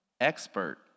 expert